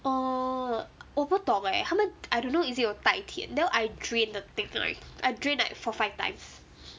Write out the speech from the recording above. orh 我不懂 eh 他们 I don't know is it 有带甜 then I drain the thing thing right I drain like four five times